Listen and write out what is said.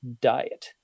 diet